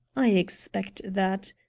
i expect that.